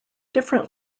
different